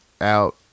out